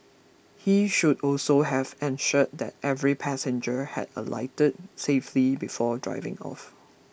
he should also have ensured that every passenger had alighted safely before driving off